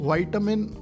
Vitamin